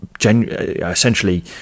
essentially